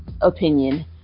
Opinion